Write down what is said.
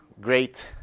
great